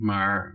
Maar